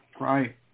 right